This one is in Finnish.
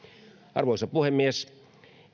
arvoisa puhemies